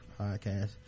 podcast